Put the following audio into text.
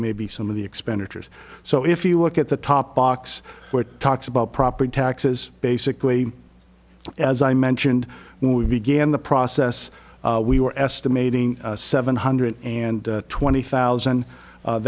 maybe some of the expenditures so if you look at the top box where it talks about property taxes basically as i mentioned when we began the process we were estimating seven hundred and twenty thousand